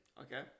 Okay